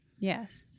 Yes